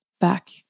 back